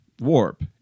warp